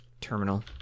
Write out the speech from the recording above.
terminal